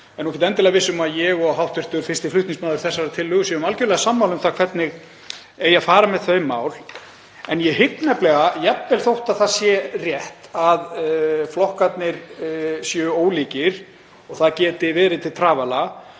ég er ekkert endilega viss um að ég og hv. fyrsti flutningsmaður þessarar tillögu séum algjörlega sammála um hvernig eigi að fara með þau mál. En ég hygg þó, jafnvel þótt það sé rétt að flokkarnir séu ólíkir og það geti verið til trafala,